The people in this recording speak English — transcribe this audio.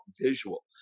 visual